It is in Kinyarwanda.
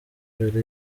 jolly